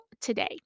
today